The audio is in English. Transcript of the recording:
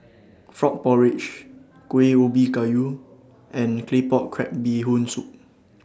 Frog Porridge Kueh Ubi Kayu and Claypot Crab Bee Hoon Soup